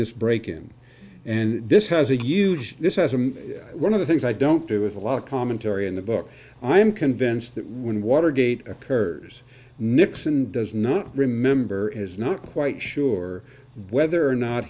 this break in and this has a huge this has one of the things i don't do with a lot of commentary in the book i'm convinced that when watergate occurs nixon does not remember is not quite sure whether or not